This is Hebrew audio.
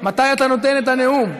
מתי אתה נואם את הנאום?